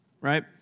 right